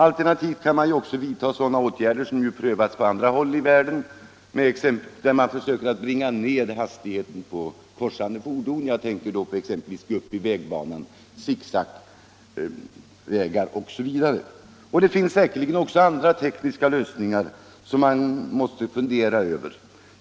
Alternativt kan man vidta sådana åtgärder som prövats på andra håll i världen, där man försökt bringa ned hastigheten på korsande fordon. Jag tänker då på gupp i vägbanan, sicksackvägar OSV. Det finns säkerligen också andra tekniska lösningar som man måste fundera över.